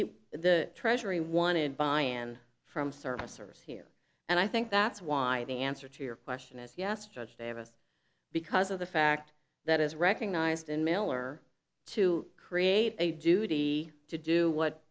was the treasury wanted by and from servicers he and i think that's why the answer to your question is yes judge davis because of the fact that is recognized in miller to create a duty to do what